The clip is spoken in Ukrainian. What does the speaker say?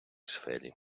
сфері